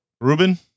Ruben